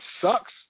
sucks